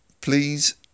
please